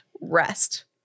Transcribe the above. rest